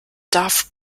darf